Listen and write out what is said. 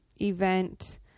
event